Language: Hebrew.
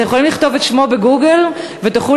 אתם יכולים לכתוב את שמו ב"גוגל" ותוכלו